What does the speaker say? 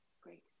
Great